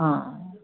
ਹਾਂ